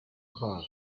car